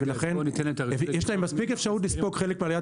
ולכן יש להם מספיק אפשרות לספוג חלק מעליית